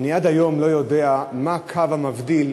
אני עד היום לא יודע מה הקו המבדיל